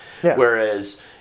Whereas